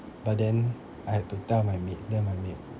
but then I had to tell my maid then my maid